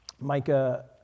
Micah